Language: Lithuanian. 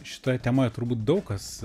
šitoje temoje turbūt daug kas